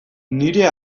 nire